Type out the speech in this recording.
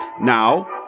Now